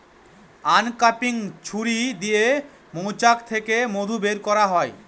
uncapping ছুরি দিয়ে মৌচাক থেকে মধু বের করা হয়